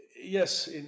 Yes